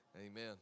Amen